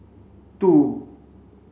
two